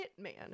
hitman